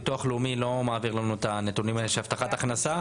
ביטוח לאומי לא מעביר לנו את הנתונים האלה של הבטחת הכנסה,